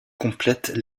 complètent